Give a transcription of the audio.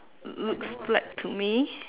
l~ looks black to me